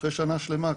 אחרי שנה שלמה,